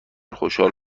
خوشحال